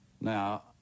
now